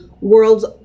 world's